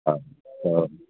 हा हा हा